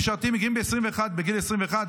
מגיעים בגיל 21,